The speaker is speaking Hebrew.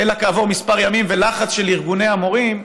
אלא כעבור כמה ימים ולחץ של ארגוני המורים,